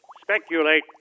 Speculate